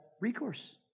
recourse